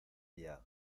allá